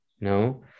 no